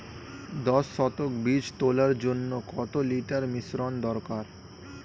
দশ শতক বীজ তলার জন্য কত লিটার মিশ্রন দরকার?